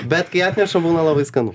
bet kai atneša būna labai skanu